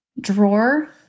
drawer